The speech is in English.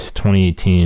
2018